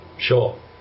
Sure